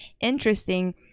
interesting